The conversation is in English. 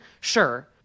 sure